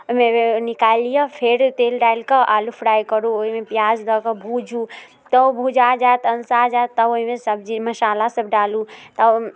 ओहिमे निकलि लिअ फेर तेल डालि कऽ आलू फ्राइ करू ओहिमे पिआज दऽ कऽ भूजू तऽ ओ भूजा जायत अलसा जाइत तब ओहिमे सब्जी मसाला सब डालू तब